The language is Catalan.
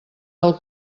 del